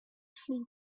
sleep